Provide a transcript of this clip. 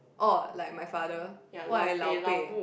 orh like my father why lao-peh